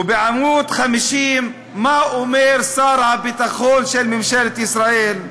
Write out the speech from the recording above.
ובעמוד 50 מה אומר שר הביטחון של ממשלת ישראל?